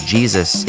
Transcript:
Jesus